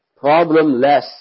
problemless